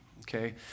Okay